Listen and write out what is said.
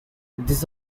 this